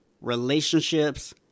relationships